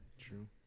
True